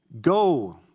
Go